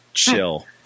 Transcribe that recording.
chill